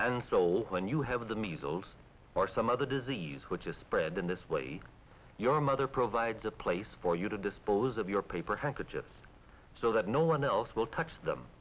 and so when you have the measles or some other disease which is spread in this lady your mother provides a place for you to dispose of your paper handkerchief so that no one else will touch them